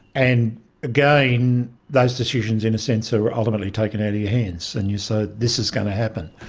and again, those decisions in a sense are ultimately taken out of your hands, and you say, this is going to happen.